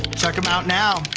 check them out now.